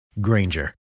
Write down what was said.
Granger